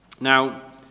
Now